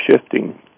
shifting